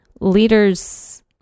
leaders